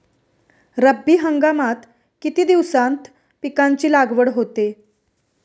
रब्बी हंगामात किती दिवसांत पिकांची लागवड होते?